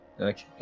Okay